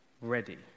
ready